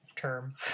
term